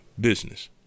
business